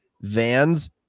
vans